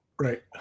Right